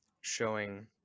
showing